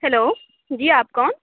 hello جی آپ کون